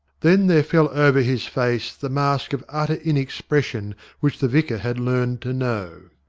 then there fell over his face the mask of utter inexpression which the vicar had learned to know.